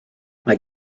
mae